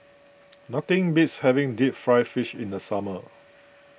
nothing beats having Deep Fried Fish in the summer